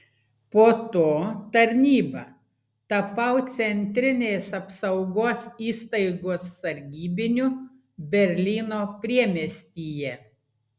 po to tarnyba tapau centrinės apsaugos įstaigos sargybiniu berlyno priemiestyje